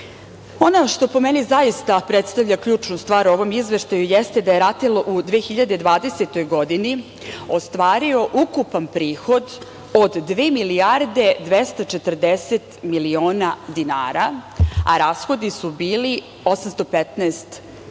što po meni zaista predstavlja ključnu stvar u ovom izveštaju jeste da je RATEL u 2020. godini ostvario ukupan prihod od dve milijarde i 240 miliona dinara, a rashodi su bili 815 miliona,